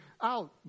out